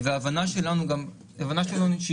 ההבנה שלנו היא כפולה,